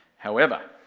however,